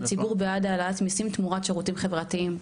שהציבור בעד העלאת מיסים תמורת שירותים חברתיים,